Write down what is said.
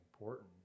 important